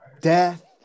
Death